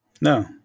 No